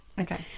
Okay